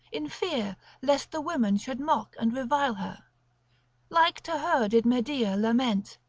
in fear lest the women should mock and revile her like to her did medea lament.